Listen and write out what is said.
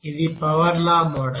ఇది power law model